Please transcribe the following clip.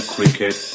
Cricket